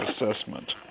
assessment